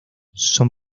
son